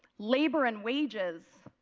labor and wages,